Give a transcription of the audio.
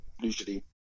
usually